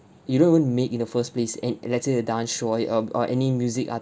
you don't even make in the first place and let's say the dance swag um or any music artist